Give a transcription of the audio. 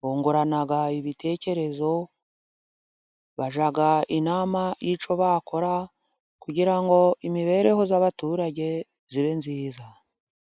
bungurana ibitekerezo ,bajyaga inama y'icyo bakora ,kugira ngo imibereho y'abaturage ibe myiza.